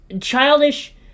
childish